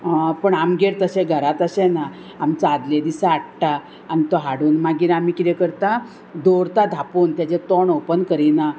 पूण आमगेर तशें घरांत अशें ना आमचो आदले दिसा हाडटा आनी तो हाडून मागीर आमी किदें करता दवरता धापून तेजें तोंड ओपन करिना